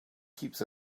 keeps